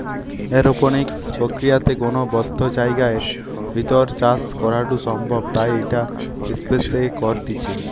aeroponics প্রক্রিয়াতে কোনো বদ্ধ জায়গার ভেতর চাষ করাঢু সম্ভব তাই ইটা স্পেস এ করতিছে